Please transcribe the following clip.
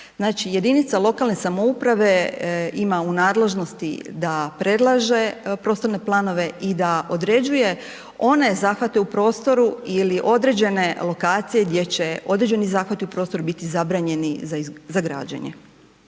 jedinica lokalne samouprave ima u nadležnosti da predlaže prostorne planove i da određuje one zahvate u prostoru ili određene lokacije gdje će određeni zahvati u prostoru biti zabranjeni za građenje.